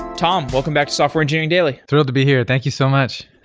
tom, welcome back to software engineering daily. thrilled to be here. thank you so much.